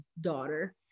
daughter